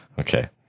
Okay